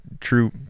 True